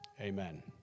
Amen